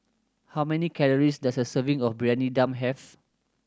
how many calories does a serving of Briyani Dum have